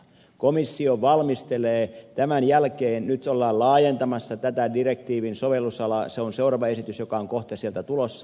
komissio valmistelee tämän jälkeen asiaa nyt ollaan laajentamassa tätä direktiivin sovellusalaa se on seuraava esitys ja on kohta sieltä tulossa